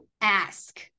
ask